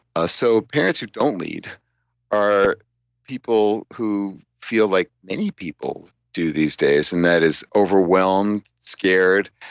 ah so parents who don't lead are people who feel like many people do these days, and that is overwhelmed, scared,